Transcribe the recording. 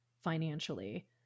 financially